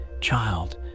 child